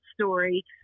story